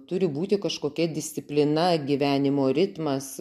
turi būti kažkokia disciplina gyvenimo ritmas